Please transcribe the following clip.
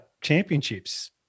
championships